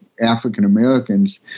African-Americans